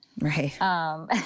Right